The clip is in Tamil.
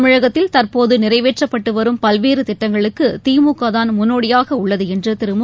தமிழகத்தில் தற்போது நிறைவேற்றப்பட்டு வரும் பல்வேறு திட்டங்களுக்கு திமுக தான் முன்னோடியாக உள்ளது என்று திரு மு